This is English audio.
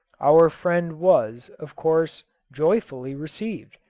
our friend was, of course, joyfully received,